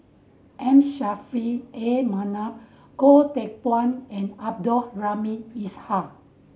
M Saffri A Manaf Goh Teck Phuan and Abdul Rahim Ishak